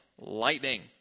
lightning